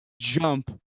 jump